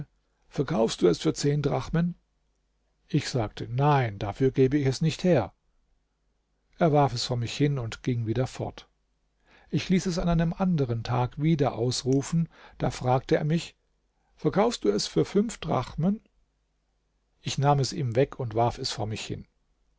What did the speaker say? verkaufst du es für zehn drachmen ich sagte nein dafür gebe ich es nicht her er warf es vor mich hin und ging wieder fort ich ließ es an einem anderen tag wieder ausrufen da fragte er mich verkaufst du es für fünf drachmen ich nahm es ihm weg und warf es vor mich hin